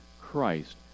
Christ